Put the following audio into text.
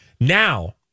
now